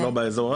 זה לא באזור הזה.